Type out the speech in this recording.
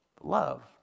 Love